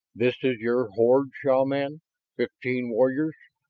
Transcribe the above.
this is your horde, shaman? fifteen warriors?